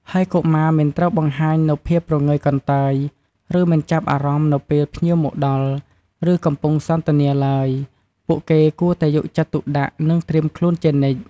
ហើយកុមារមិនត្រូវបង្ហាញនូវភាពព្រងើយកន្តើយ ឬមិនចាប់អារម្មណ៍នៅពេលភ្ញៀវមកដល់ ឬកំពុងសន្ទនាឡើយ ពួកគេគួរតែយកចិត្តទុកដាក់ និងត្រៀមខ្លួនជានិច្ច។